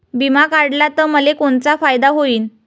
बिमा काढला त मले कोनचा फायदा होईन?